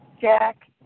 jack